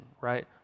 right